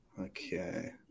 Okay